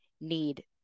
need